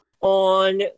on